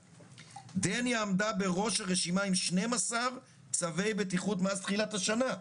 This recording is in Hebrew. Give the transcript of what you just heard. דניה עמדה בראש הרשימה עם 12 צווי בטיחות מאז תחילת השנה.